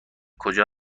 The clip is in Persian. کجا